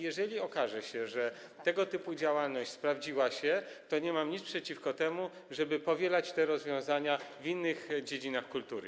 Jeżeli okaże się, że tego typu działalność sprawdziła się, to nie mam nic przeciwko temu, żeby powielać te rozwiązania w innych dziedzinach kultury.